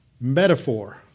Metaphor